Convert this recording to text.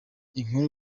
inkuru